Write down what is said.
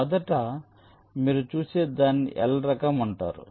మొదట మీరు చూసే దానిని L రకం అంటారు